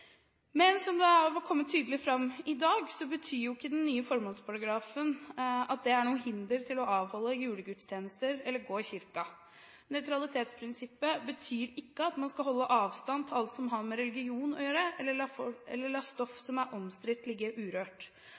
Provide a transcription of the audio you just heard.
Som det har kommet tydelig fram i dag, er ikke den nye formålsparagrafen til hinder for å avholde julegudstjenester eller gå i kirken. Nøytralitetsprinsippet betyr ikke man skal holde avstand til alt som har med religion å gjøre, eller la stoff som er omstridt, ligge urørt.